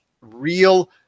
real